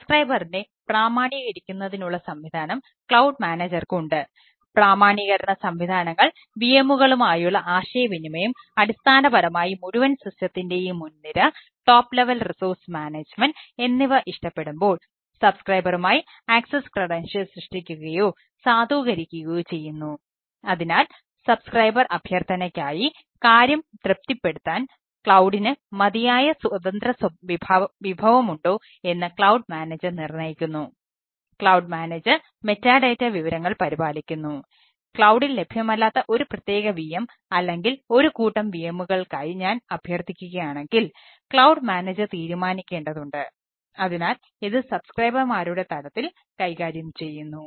സബ്സ്ക്രൈബറിനെ തലത്തിൽ കൈകാര്യം ചെയ്യുന്നു